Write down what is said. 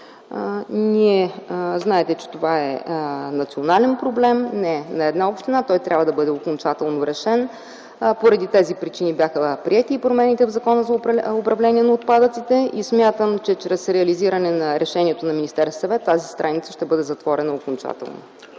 Знаете, че това е национален проблем, не е на една община. Той трябва да бъде окончателно решен. Поради тези причини бяха приети промените в Закона за управление на отпадъците. Смятам, че чрез реализиране на решението на Министерския съвет тази страница ще бъде затворена окончателно.